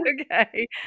okay